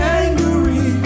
angry